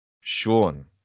Sean